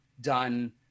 done